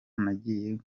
nagiye